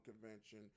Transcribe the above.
convention